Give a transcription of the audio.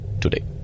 today